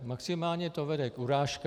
Maximálně to vede k urážkám.